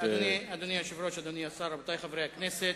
אדוני היושב-ראש, אדוני השר, רבותי חברי הכנסת,